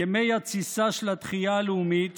ימי התסיסה של התחייה הלאומית,